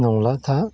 नंला दा